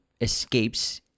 escapes